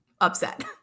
upset